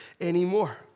anymore